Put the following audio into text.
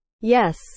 Yes